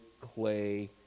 clay